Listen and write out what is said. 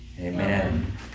Amen